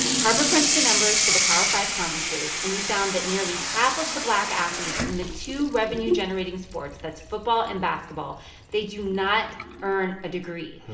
harper crunched the numbers for the power five conferences, and he found that nearly half of the black athletes in the two revenue-generating sports that's football and basketball they do not earn a degree.